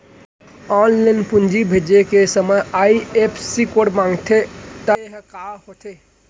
Online पूंजी भेजे के समय आई.एफ.एस.सी कोड माँगथे त ये ह का होथे?